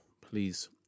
please